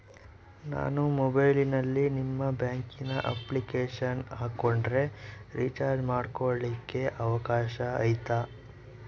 ನಾನು ಮೊಬೈಲಿನಲ್ಲಿ ನಿಮ್ಮ ಬ್ಯಾಂಕಿನ ಅಪ್ಲಿಕೇಶನ್ ಹಾಕೊಂಡ್ರೆ ರೇಚಾರ್ಜ್ ಮಾಡ್ಕೊಳಿಕ್ಕೇ ಅವಕಾಶ ಐತಾ?